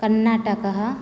कर्णाटकः